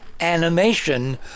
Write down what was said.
animation